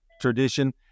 tradition